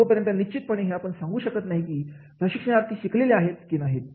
तोपर्यंत निश्चितपणे आपण हे सांगू शकत नाही कि प्रशिक्षणार्थी शिकलेले आहेत की नाहीत